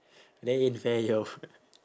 that ain't fair yo